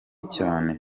cyane